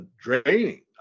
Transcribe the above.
draining